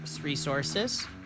resources